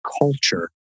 culture